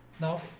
Now